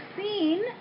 scene